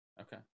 Okay